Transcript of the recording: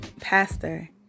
pastor